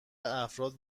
افراد